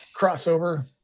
Crossover